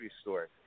store